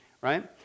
right